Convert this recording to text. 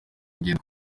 ingendo